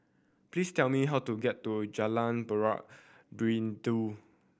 please tell me how to get to Jalan Buloh Perindu